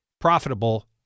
profitable